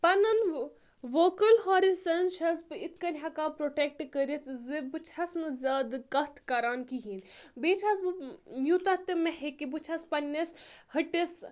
پَنُن وُوکَل ہارِزَن چھیٚس بہٕ یِتھ کٔنۍ ہیٚکان پرٛوٹیٚکٹہٕ کٔرِتھ زِ بہٕ چھیٚس نہٕ زیادٕ کَتھ کَران کِہیٖنۍ بیٚیہِ چھیٚس بہٕ یوٗتاہ تہِ مےٚ ہیٚکہِ بہٕ چھیٚس پننِس ہٹِس